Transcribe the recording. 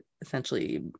essentially